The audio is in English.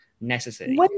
necessary